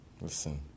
Listen